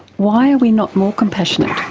why are we not more compassionate,